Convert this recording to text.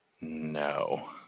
no